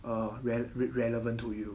a rel~ read~ relevant to you